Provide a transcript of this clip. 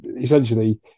essentially